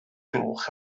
gloch